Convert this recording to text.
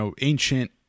ancient